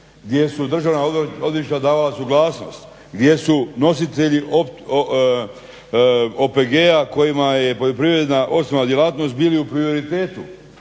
gdje su državna odvjetništva davala suglasnost, gdje su nositelji OPG-a kojima je poljoprivredna osnovna djelatnost bili u prioritetu.